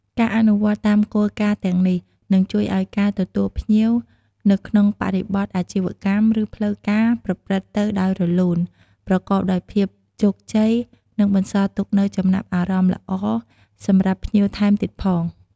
ការអនុវត្តតាមគោលការណ៍ទាំងនេះ នឹងជួយឲ្យការទទួលភ្ញៀវនៅក្នុងបរិបទអាជីវកម្ម ឬផ្លូវការ ប្រព្រឹត្តទៅដោយរលូន ប្រកបដោយភាពជោគជ័យ និងបន្សល់ទុកនូវចំណាប់អារម្មណ៍ល្អសម្រាប់ភ្ញៀវថែមទៀតផង។